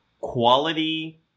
quality